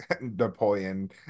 Napoleon